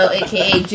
aka